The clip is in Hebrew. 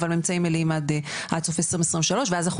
אבל ממצאים מלאים עד סוף 2023 ואז אנחנו